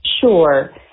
Sure